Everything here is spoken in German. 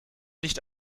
nicht